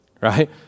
right